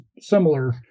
similar